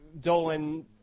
dolan